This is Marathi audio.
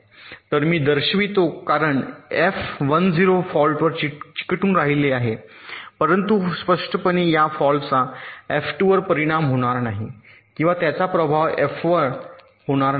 तर मी ते दर्शवितो कारण एफ 1 0 फॉल्टवर चिकटून राहिले आहे परंतु स्पष्टपणे या फॉल्टचा F2 वर परिणाम होणार नाही किंवा त्याचा प्रभाव एफ वर होणार नाही